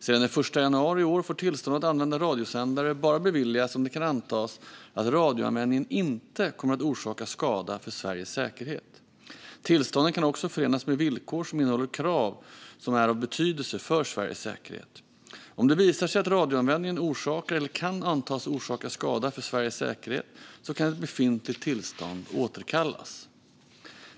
Sedan den 1 januari i år får tillstånd att använda radiosändare bara beviljas om det kan antas att radioanvändningen inte kommer att orsaka skada för Sveriges säkerhet. Tillstånden kan också förenas med villkor som innehåller krav som är av betydelse för Sveriges säkerhet. Om det visar sig att radioanvändningen orsakar eller kan antas orsaka skada för Sveriges säkerhet kan ett befintligt tillstånd återkallas.